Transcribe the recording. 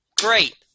Great